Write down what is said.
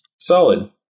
Solid